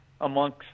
amongst